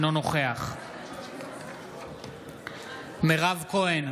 אינו נוכח מירב כהן,